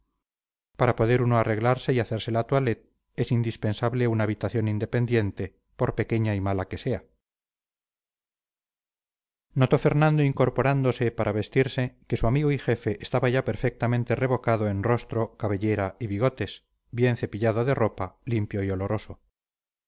para poder uno arreglarse y hacerse la toilette es indispensable una habitación independiente por pequeña y mala que sea notó fernando incorporándose para vestirse que su amigo y jefe estaba ya perfectamente revocado en rostro cabellera y bigotes bien cepillado de ropa limpio y oloroso